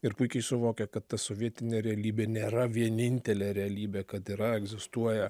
ir puikiai suvokia kad ta sovietinė realybė nėra vienintelė realybė kad yra egzistuoja